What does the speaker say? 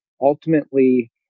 ultimately